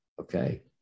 Okay